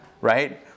right